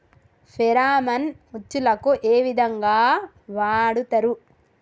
Pheromone ఉచ్చులకు ఏ విధంగా వాడుతరు?